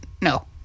No